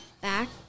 back